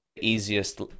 easiest